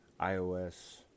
iOS